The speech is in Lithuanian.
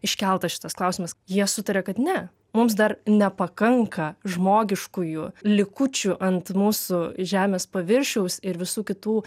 iškeltas šitas klausimas jie sutaria kad ne mums dar nepakanka žmogiškųjų likučių ant mūsų žemės paviršiaus ir visų kitų